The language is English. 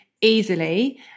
easily